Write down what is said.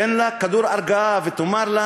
תן לה כדור הרגעה ותאמר לה: